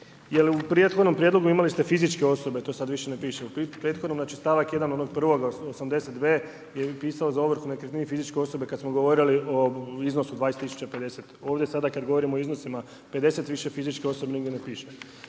jel u prethodnom prijedlogu imali ste fizičke osobe, to sada više ne piše. Znači stavak 1. onog prvog 82. je pisalo za ovrhu nekretnine fizičke osobe kada smo govorili o iznosu od 20 tisuća 50. ovdje sada kada govorimo o iznosima 50 više fizičke osobe nigdje ne piše.